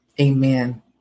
Amen